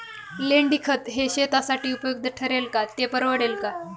लेंडीखत हे शेतीसाठी उपयुक्त ठरेल का, ते परवडेल का?